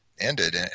ended